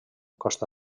costa